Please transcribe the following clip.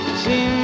see